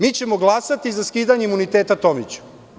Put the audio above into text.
Mi ćemo glasati za skidanje imuniteta Tomiću.